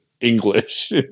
English